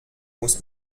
muss